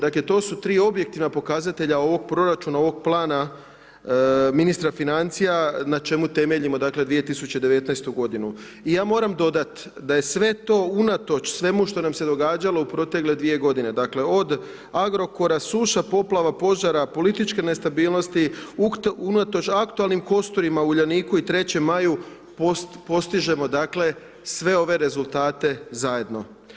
Dakle, to su 3 objektivna pokazatelja ovog proračuna, ovog plana ministra financija, na čemu temeljimo 2019. g. I ja moram dodati, da je sve to unatoč svemu što nam se događalo u pretekle 2 g. dakle od Agrokora, suša, poplava, požara, političke nestabilnosti, unatoč aktualnim kosturima, Uljaniku i 3.Maju postižemo dakle, sve ove rezultate zajedno.